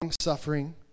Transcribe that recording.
suffering